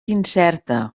incerta